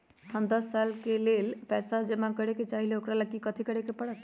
हम दस साल के लेल पैसा जमा करे के चाहईले, ओकरा ला कथि करे के परत?